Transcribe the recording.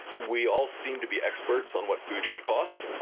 we all seem to be experts on what foods should cost.